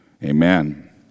amen